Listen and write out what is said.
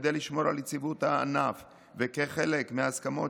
כדי לשמור על יציבות הענף וכחלק מההסכמות